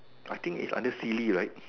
I think is under silly right